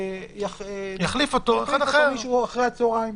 ויחליף אותו מישהו אחרי הצוהריים,